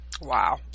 wow